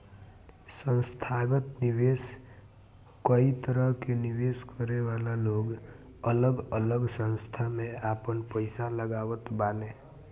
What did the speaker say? संथागत निवेशक कई तरह के निवेश करे वाला लोग अलग अलग संस्था में आपन पईसा लगावत बाने